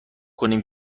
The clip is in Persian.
کنیم